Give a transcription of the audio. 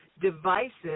devices